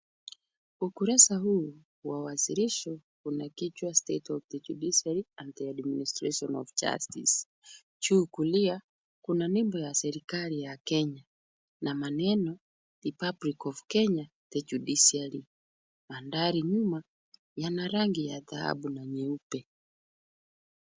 Ukurasa huu wa wasilisho una kichwa State of the Judiciary and administration of Justice . Juu kulia kuna nembo ya serikali ya Kenya, na maneno Republic of Kenya the judiciary . Mandhari nyuma yana rangi ya dhahabu na nyeupe.